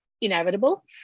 inevitable